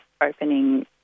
opening